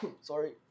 Sorry